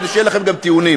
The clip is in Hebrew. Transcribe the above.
כדי שיהיו לכם גם טיעונים.